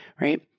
right